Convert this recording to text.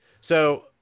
So-